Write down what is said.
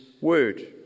word